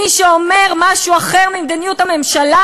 מי שאומר משהו אחר ממדיניות הממשלה,